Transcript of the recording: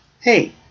hey